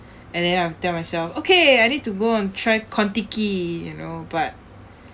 and then I tell myself okay I need to go and try contiki you know but